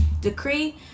decree